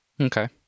Okay